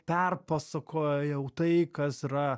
perpasakojau tai kas yra